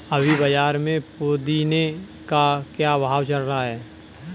अभी बाज़ार में पुदीने का क्या भाव चल रहा है